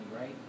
right